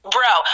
Bro